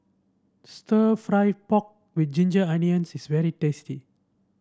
stir fry pork with Ginger Onions is very tasty